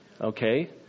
Okay